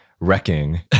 Wrecking